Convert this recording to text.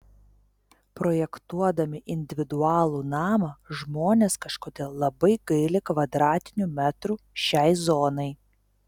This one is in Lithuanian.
projektuodami individualų namą žmonės kažkodėl labai gaili kvadratinių metrų šiai zonai